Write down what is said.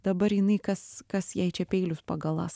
dabar jinai kas kas jei čia peilius pagaląs